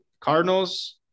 Cardinals